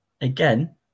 again